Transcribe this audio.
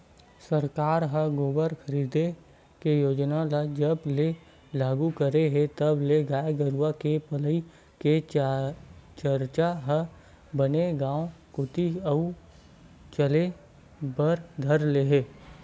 सरकार ह गोबर खरीदे के योजना ल जब ले लागू करे हे तब ले गाय गरु के पलई के चरचा ह बने गांव कोती अउ चले बर धर ले हे